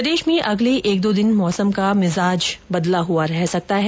प्रदेश में अगले एक दो दिन मौसम का मिजाज बदला हुआ रह सकता है